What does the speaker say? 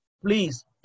please